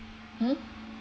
mm